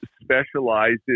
specializes